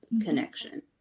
connection